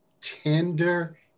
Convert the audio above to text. tender